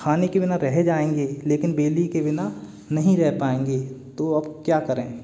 खाने के बिना रह जाएँगे लेकिन बिजली के बिना नहीं रह पाएँगे तो अब क्या करें